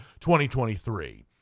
2023